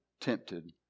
tempted